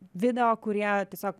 video kurie tiesiog